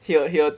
he'll he'll